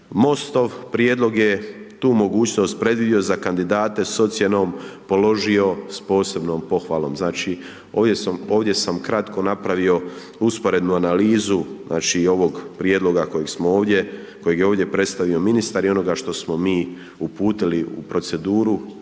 MOST-ov prijedlog je tu mogućnost predvidio za kandidate s ocjenom položio s posebnom pohvalom, znači ovdje sam kratko napravio usporednu analizu znači ovog prijedloga kojeg je ovdje predstavio ministar i onoga što smo mi uputili i proceduru